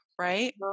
right